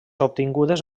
obtingudes